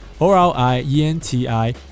O-R-I-E-N-T-I